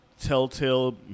Telltale